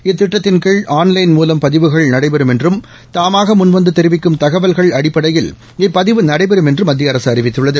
இத்திட்டத்தின் கீழ் ஆன்லைன் மூவம் பதிவுகள் நடைபெறும் என்றும் தாமாகமுன்வந்ததெரிவிக்கும் தகவல்கள் அடிப்படையில் இப்பதிவு நடைபெறும் என்றுமத்தியஅரசுஅறிவித்துள்ளது